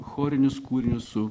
chorinius kūrinius su